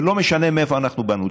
ולא משנה מאיפה אנחנו באנו,